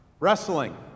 wrestling